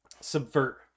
subvert